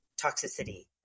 toxicity